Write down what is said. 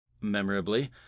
memorably